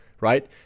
right